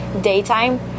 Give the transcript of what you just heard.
daytime